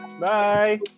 Bye